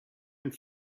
and